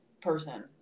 person